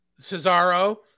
Cesaro